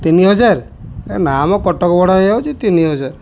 ତିନି ହଜାର ହେ ନା ମ କଟକ ବଡ଼ ହେଇଯାଉଛି ତିନି ହଜାର